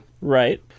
Right